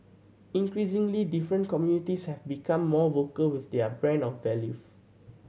increasingly different communities have become more vocal with their brand of values